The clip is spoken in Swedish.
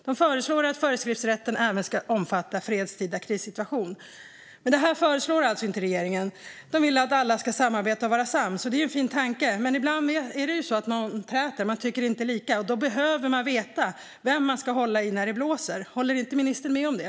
De föreslår att föreskriftsrätten även ska omfatta fredstida krissituationer. Men det här föreslår alltså inte regeringen, utan regeringen vill att alla ska samarbeta och vara sams. Det är en fin tanke, men ibland är det någon som träter och man tycker inte lika. Då behöver man veta vet man ska hålla i när det blåser. Håller inte ministern med om det?